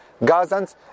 Gazans